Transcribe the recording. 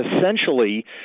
essentially